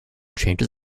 changes